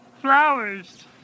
flowers